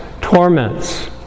torments